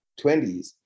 20s